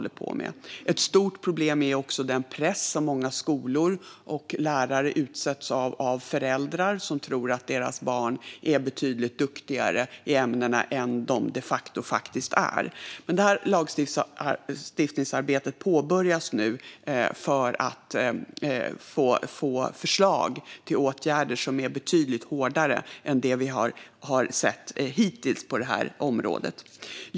Ett stort problem är också den press som många skolor och lärare utsätts för av föräldrar som tror att deras barn är betydligt duktigare i ämnena än de de facto är. Detta lagstiftningsarbete påbörjas nu för att ta fram förslag till åtgärder som är betydligt hårdare än vad vi har sett hittills på det här området.